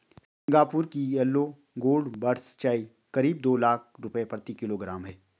Singapore की yellow gold buds चाय करीब दो लाख रुपए प्रति किलोग्राम है